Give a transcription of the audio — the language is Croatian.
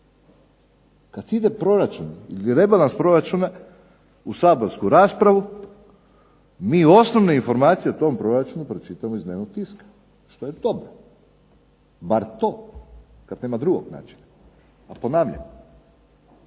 Kada ide proračun i rebalans proračuna u Saborsku raspravu mi osnovne informacije o tom proračunu pročitamo iz dnevnog tiska. Što je dobro, bar to. Kada nema drugog načina. Ali ponavljam,